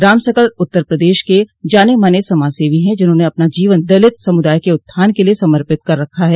राम सकल उत्तर प्रदेश के जाने माने समाज सेवी है जिन्होंने अपना जीवन दलित समुदाय के उत्थान क लिए समर्पित कर रखा है